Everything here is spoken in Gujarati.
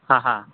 હાં હાં